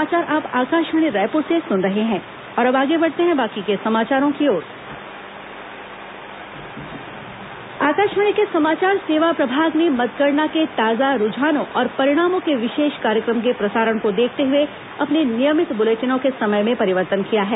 मतगणना विशेष कार्यक्रम आकाशवाणी के समाचार सेवा प्रभाग ने मतगणना के ताजा रूझानों और परिणामों के विशेष कार्यक्रम के प्रसारण को देखते हुए अपने नियमित बुलेटिनों के समय में परिवर्तन किया है